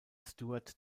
stewart